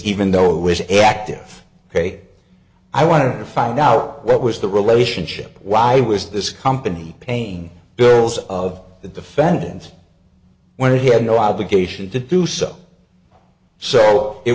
even though it was active ok i want to find out what was the relationship why was this company pain bills of the defendant when he had no obligation to do so so it